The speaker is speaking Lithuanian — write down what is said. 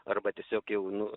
arba tiesiog jau nu